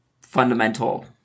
fundamental –